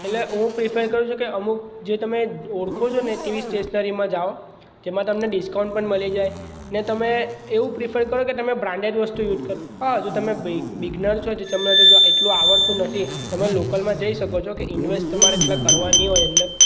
એટલે હું પ્રીફેર કરું છું કે અમુક જે તમે ઓળખો છો ને તેવી સ્ટેશનરીમાં જાવ જેમાં તમને ડિસ્કાઉન્ટ પણ મળી જાય ને તમે એવું પ્રીફર કરો કે તમે બ્રાન્ડેડ વસ્તુ યુસ કરો હજુ તમે બિગ બિગનર છો તમને તો જો એટલું આવડતું નથી તમે લોકલમાં જઈ શકો છો કે ઇન્વેસ્ટ તમારે એટલા કરવા ન હોય અંદર